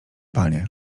panie